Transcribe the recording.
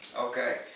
okay